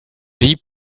deep